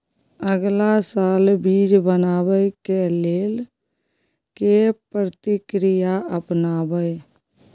अगला साल बीज बनाबै के लेल के प्रक्रिया अपनाबय?